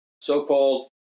so-called